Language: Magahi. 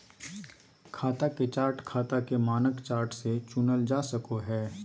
खाता के चार्ट खाता के मानक चार्ट से चुनल जा सको हय